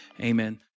Amen